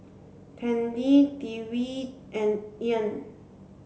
Tandy Dewitt and Ean